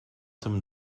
tym